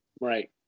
Right